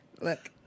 Look